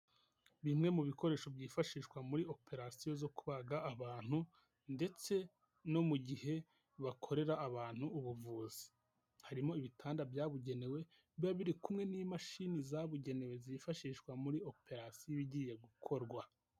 Bimwe mu bikoresho byifashishwa muri operasiyo zo kubaga abantu ndetse no mu gihe bakorera abantu ubuvuzi. Harimo ibitanda byabugenewe biba biri kumwe n'imashini zabugenewe zifashishwa muri operasiyo iba igiye gukorwa.